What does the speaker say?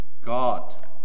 God